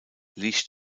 liegt